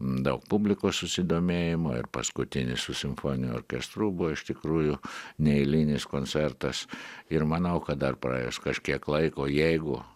daug publikos susidomėjimo ir paskutinis su simfoniniu orkestru buvo iš tikrųjų neeilinis koncertas ir manau kad dar praėjus kažkiek laiko jeigu